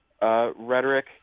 rhetoric